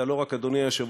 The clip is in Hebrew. אתה לא רק אדוני היושב-ראש,